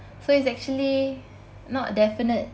so it's actually not definite